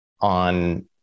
on